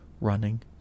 running